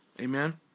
Amen